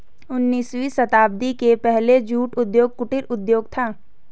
उन्नीसवीं शताब्दी के पहले जूट उद्योग कुटीर उद्योग था